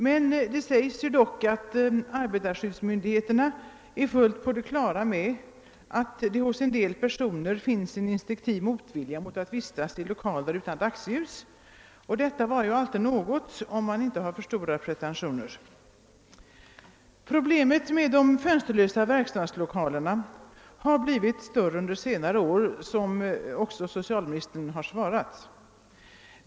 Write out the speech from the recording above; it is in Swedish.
Det framhålles dock i svaret att arbetarskyddsmyndigheterna >»är fullt på det klara med att det hos en del personer finns en instinktiv motvilja mot att vistas i lokal utan dagsljus«, och detta uttalande är alltid något att ta fasta på, om man inte har alltför stora pretentioner. Probiemet med de fönsterlösa verkstadslokalerna har, såsom socialministern också anfört, blivit större under senare år.